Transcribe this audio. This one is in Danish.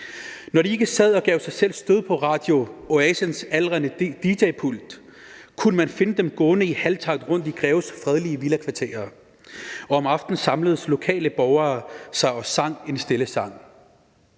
Når de ikke sad og gav sig selv stød på Radio Oasens aldrende dj-pult, kunne man finde dem gående i halv takt rundt i Greves fredelige villakvarterer. Og om aftenen samledes lokale borgere og sang en stille sang.